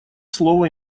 слово